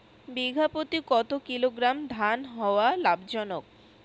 বিঘা প্রতি কতো কিলোগ্রাম ধান হওয়া লাভজনক?